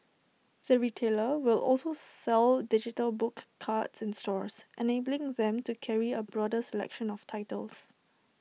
the retailer will also sell digital book cards in stores enabling them to carry A broader selection of titles